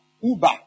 Uber